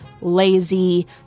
lazy